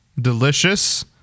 delicious